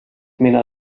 mina